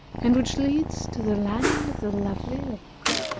and which leads to the land of the lovely lakes.